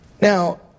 Now